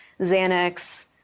Xanax